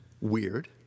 Weird